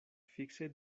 fikse